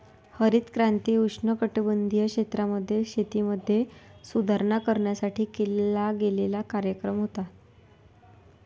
हरित क्रांती उष्णकटिबंधीय क्षेत्रांमध्ये, शेतीमध्ये सुधारणा करण्यासाठी केला गेलेला कार्यक्रम होता